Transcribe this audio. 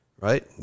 right